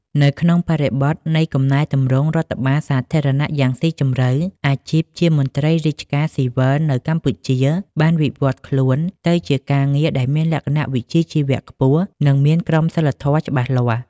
នៅក្នុងបរិបទនៃកំណែទម្រង់រដ្ឋបាលសាធារណៈយ៉ាងស៊ីជម្រៅ អាជីពជាមន្ត្រីរាជការស៊ីវិលនៅកម្ពុជាបានវិវត្តខ្លួនទៅជាការងារដែលមានលក្ខណៈវិជ្ជាជីវៈខ្ពស់ និងមានក្រមសីលធម៌ច្បាស់លាស់។